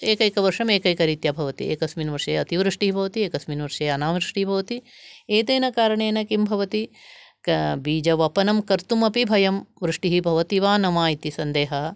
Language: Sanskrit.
एकैकवर्षम् एकैकरीत्या भवति एकस्मिन् वर्षे अतिवृष्टिः भवति एकस्मिन् वर्षे अनावृष्टिः भवति एतेन कारणेन किं भवति बीजवपनं कर्तुमपि भयं वृष्टिः भवति वा न वा इति सन्देहः